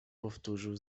powtórzył